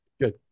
Good